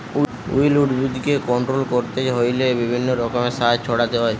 weed উদ্ভিদকে control করতে হইলে বিভিন্ন রকমের সার ছড়াতে হয়